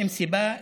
הם סיבה לאבל,